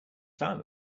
time